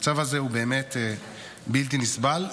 המצב הזה הוא באמת בלתי נסבל,